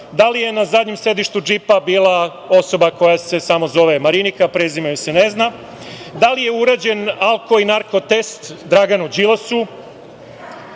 Da li je na zadnjem sedištu džipa bila osoba koja se samo zove Marinika, prezime joj se ne zna? Da li je urađen alko i narko test Draganu Đilasu?